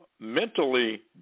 mentally